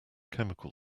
chemical